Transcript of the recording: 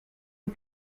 une